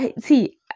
See